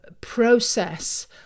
process